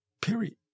period